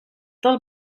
del